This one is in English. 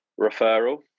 referral